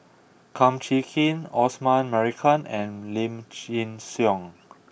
Kum Chee Kin Osman Merican and Lim Chin Siong